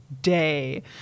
day